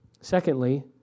Secondly